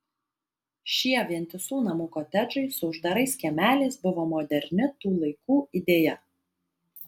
šie vientisų namų kotedžai su uždarais kiemeliais buvo moderni tų laikų idėja